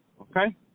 Okay